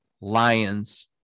Lions